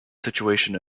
situation